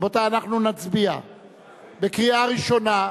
רבותי, אנחנו נצביע בקריאה ראשונה,